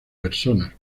personas